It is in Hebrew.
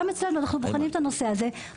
אנחנו בוחנים את הנושא הזה גם אצלנו.